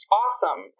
awesome